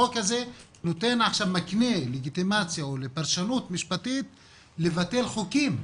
החוק הזה מקנה לגיטימציה או לפרשנות משפטית לבטל חוקים.